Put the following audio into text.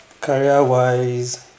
career-wise